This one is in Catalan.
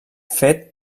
fet